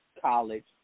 college